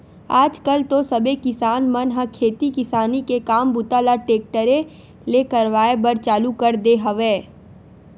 आज कल तो सबे किसान मन ह खेती किसानी के काम बूता ल टेक्टरे ले करवाए बर चालू कर दे हवय